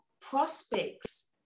prospects